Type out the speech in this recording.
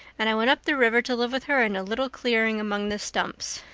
and i went up the river to live with her in a little clearing among the stumps.